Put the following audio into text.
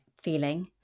feeling